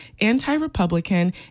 anti-Republican